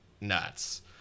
nuts